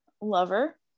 Lover